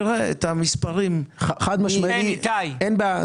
אין בעיה,